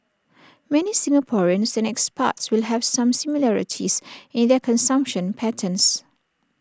many Singaporeans and expats will have some similarities in their consumption patterns